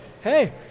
hey